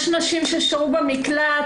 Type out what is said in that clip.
יש נשים ששהו במקלט,